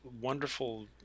wonderful